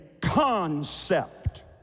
concept